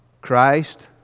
Christ